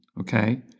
okay